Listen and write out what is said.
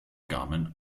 garment